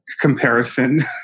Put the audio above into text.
comparison